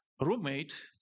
roommate